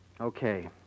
Okay